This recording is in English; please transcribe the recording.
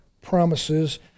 promises